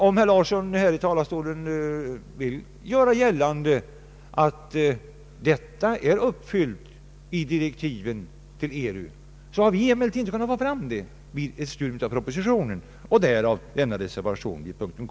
Om herr Larsson här i talarstolen vill göra gällande att detta önskemål är uppfyllt i direktiven till ERU, så har vi emellertid inte kunnat finna det vid studium av propositionen. Därav denna reservation vid punkten K.